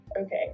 okay